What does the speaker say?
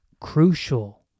Crucial